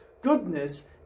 Goodness